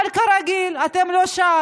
אבל כרגיל, אתם לא שם.